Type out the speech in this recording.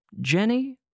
Jenny